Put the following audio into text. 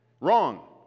Wrong